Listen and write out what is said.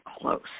close